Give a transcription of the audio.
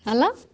hello